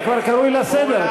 אתה כבר קרוי לסדר.